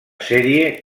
sèrie